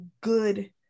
good